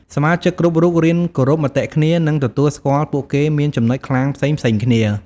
សមាជិកគ្រប់រូបរៀនគោរពមតិគ្នា និងទទួលស្គាល់ពួកគេមានចំណុចខ្លាំងផ្សេងៗគ្នា។